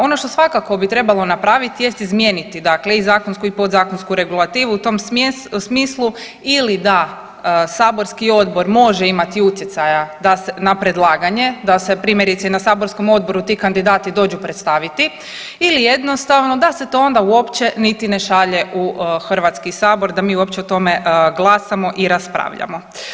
Ono što svakako bi trebalo napraviti jest izmijeniti dakle i zakonsku i pozakonsku regulativu u tom smislu ili da saborski odbor može imati utjecaja da se, na predlaganje da se primjerice i na saborskom odboru ti kandidati dođu predstaviti ili jednostavno da se to ona uopće niti ne šalje u Hrvatski sabor da mi uopće o tome glasamo i raspravljamo.